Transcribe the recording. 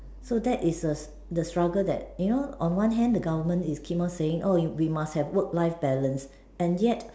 so that is a the struggle that you know on one hand the government is keep on saying oh you we must have work life balance and yet